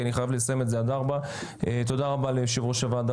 כי אני חייב לסיים את זה עד 16:00. תודה רבה ליושב ראש הוועדה,